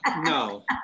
no